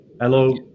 Hello